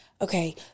okay